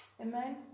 Amen